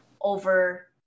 over